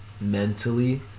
mentally